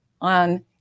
on